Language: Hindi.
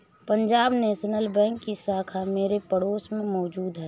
पंजाब नेशनल बैंक की शाखा मेरे पड़ोस में मौजूद है